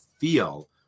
feel